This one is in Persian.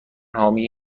حامی